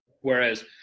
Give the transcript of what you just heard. Whereas